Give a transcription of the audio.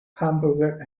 hamburger